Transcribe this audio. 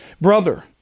brother